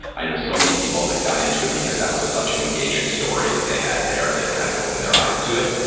i know so many people that got into it because that was such an engaging story that they had there that it kind of open their eyes to it.